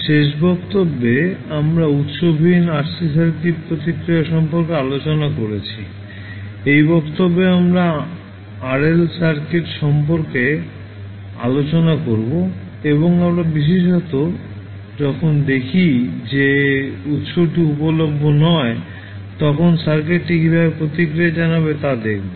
শেষ বক্তব্যে আমরা উৎস বিহীন RC সার্কিট প্রতিক্রিয়া সম্পর্কে আলোচনা করেছি এই বক্তব্যে আমরা RL সার্কিট সম্পর্কে আলোচনা করব এবং আমরা বিশেষত যখন দেখি যে উৎসটি উপলভ্য নয় তখন সার্কিটটি কীভাবে প্রতিক্রিয়া জানাবে তা দেখব